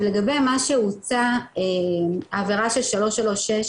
עכשיו לגבי מה שהוצע העבירה של 336,